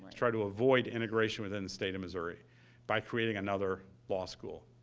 try to avoid integration within the state of missouri by creating another law school.